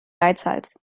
geizhals